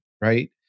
right